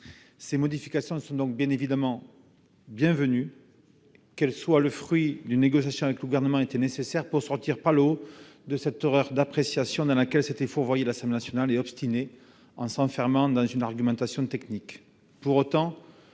Ces modifications sont bienvenues. Qu'elles soient le fruit d'une négociation avec le Gouvernement était nécessaire pour sortir par le haut de l'erreur d'appréciation dans laquelle s'était fourvoyée l'Assemblée nationale, obstinée et s'enfermant dans une argumentation technique.